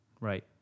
right